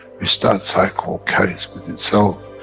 which that cycle carries with itself,